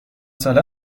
ساله